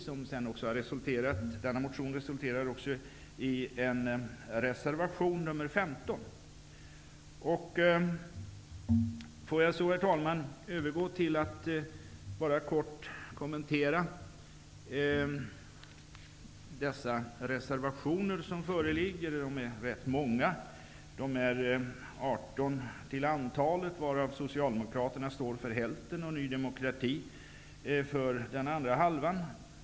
Motionen har sedan resulterat i reservation nr 15. Får jag så, herr talman, övergå till att kort kommentera de reservationer som föreligger. De är rätt många, nämligen 18 stycken, varav Socialdemokraterna står för hälften och Ny demokrati för den andra hälften.